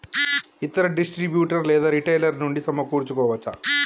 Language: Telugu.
ఇతర డిస్ట్రిబ్యూటర్ లేదా రిటైలర్ నుండి సమకూర్చుకోవచ్చా?